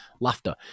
laughter